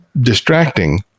distracting